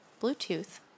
Bluetooth